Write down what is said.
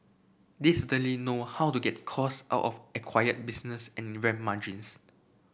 they certainly know how to get cost out of acquired business and ramp margins